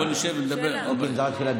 בואו נשב ונדבר, אין בעיה.